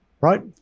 right